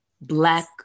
black